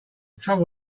trouble